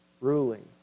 ruling